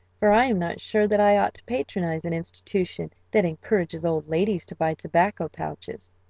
for i am not sure that i ought to patronize an institution that encourages old ladies to buy tobacco pouches.